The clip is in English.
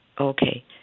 Okay